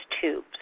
tubes